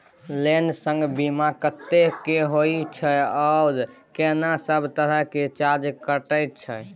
Loan संग बीमा कत्ते के होय छै आ केना सब तरह के चार्ज कटै छै?